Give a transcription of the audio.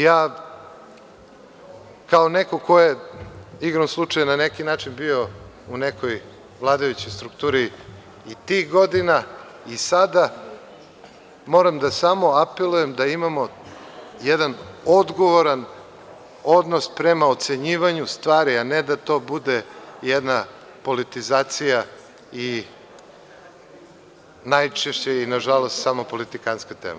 Ja kao neko ko je igrom slučajeva na neki način bio u nekoj vladajućoj strukturi i tih godina i sada, moram samo da apelujem da imamo jedan odgovoran odnos prema ocenjivanju stvari, a ne da to bude jedna politizacija i najčešće i nažalost, samo politikantska tema.